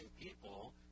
people